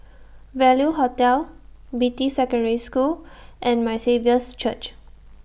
Value Hotel Beatty Secondary School and My Saviour's Church